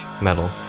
metal